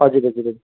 हजुर हजुर